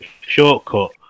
shortcut